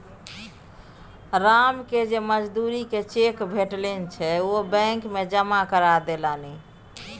रामकेँ जे मजूरीक चेक भेटलनि से ओ बैंक मे जमा करा देलनि